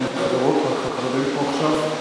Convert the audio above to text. אין חברות, רק חברים פה עכשיו.